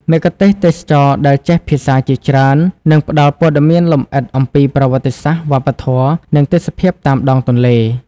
មគ្គុទ្ទេសក៍ទេសចរណ៍ដែលចេះភាសាជាច្រើន នឹងផ្តល់ព័ត៌មានលម្អិតអំពីប្រវត្តិសាស្ត្រ វប្បធម៌ និងទេសភាពតាមដងទន្លេ។